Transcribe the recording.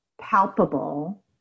palpable